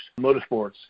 Motorsports